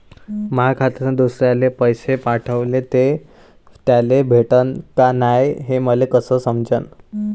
माया खात्यातून दुसऱ्याले पैसे पाठवले, ते त्याले भेटले का नाय हे मले कस समजन?